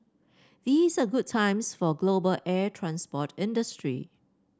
these are good times for global air transport industry